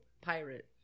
pirate